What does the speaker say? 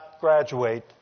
graduate